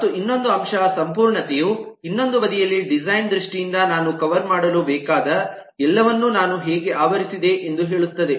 ಮತ್ತು ಇನ್ನೊಂದು ಅಂಶ ಸಂಪೂರ್ಣತೆಯು ಇನ್ನೊಂದು ಬದಿಯಲ್ಲಿ ಡಿಸೈನ್ ದೃಷ್ಟಿಯಿಂದ ನಾನು ಕವರ್ ಮಾಡಲು ಬೇಕಾದ ಎಲ್ಲವನ್ನೂ ನಾನು ಹೇಗೆ ಆವರಿಸಿದೆ ಎಂದು ಹೇಳುತ್ತದೆ